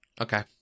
Okay